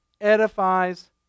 edifies